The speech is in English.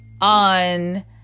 on